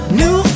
new